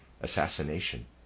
assassination